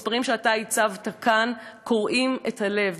המספרים שאתה הצבת כאן קורעים את הלב,